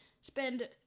spend